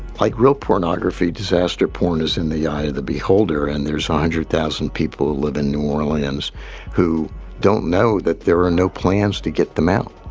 like real pornography, disaster porn is in the eye of the beholder, and there's a ah hundred thousand people who live in new orleans who don't know that there are no plans to get them out